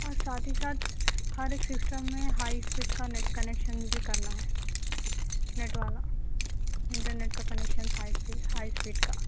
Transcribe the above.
اور ساتھ ہی ساتھ ہر ایک سِسٹم میں ہائی اِسپیڈ کا نیٹ کنیکشن بھی کرنا ہے نیٹ والا اِنٹرنیٹ کا connections high speed high speed کا